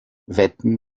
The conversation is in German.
wetten